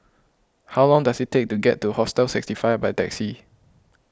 how long does it take to get to Hostel sixty five by taxi